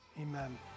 amen